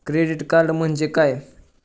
Credit card म्हणजे काय?